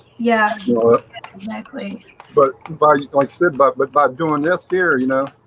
yeah exactly but bobby likes it, but but by doing this gear, you know,